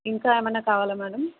ఇంకా ఏమన్న కావాలా మేడం